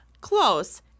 Close